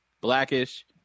Blackish